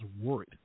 worried